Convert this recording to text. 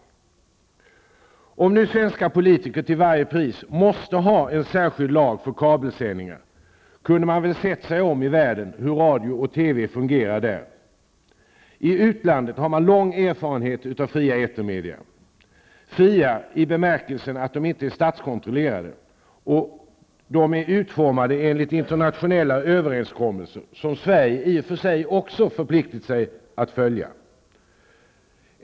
Om nu svenska politiker till varje pris måste ha en särskild lag för kabelsändningar, kunde man väl sett sig om i världen för att se hur Radio/TV fungerar där. I utlandet har man lång erfarenhet av fria etermedia -- fria i bemärkelsen att de inte är statskontrollerade och utformade enligt de internationella överenskommelser som också Sverige förpliktat sig att följa.